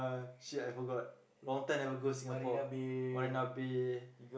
uh shit I forgot long time I never go Singapore Marina-Bay